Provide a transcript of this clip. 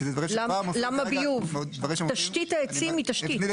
כי אלה דברים שכבר מופיעים --- למה ביוב?